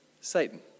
Satan